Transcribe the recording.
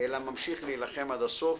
אלא ממשיך להילחם עד הסוף.